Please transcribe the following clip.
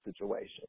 situation